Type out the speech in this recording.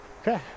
Okay